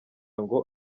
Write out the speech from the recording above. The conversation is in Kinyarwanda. ngo